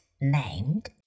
named